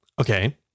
Okay